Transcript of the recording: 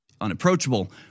unapproachable